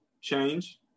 change